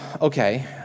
okay